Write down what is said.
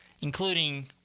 including